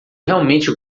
realmente